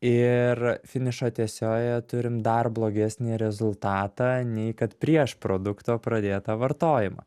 ir finišo tiesiojoje turim dar blogesnį rezultatą nei kad prieš produkto pradėtą vartojimą